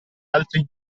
altri